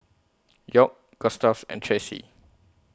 York Gustave and Tressie